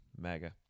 mega